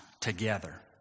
together